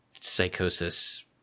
psychosis